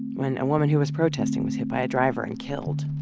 when a woman who was protesting was hit by a driver and killed.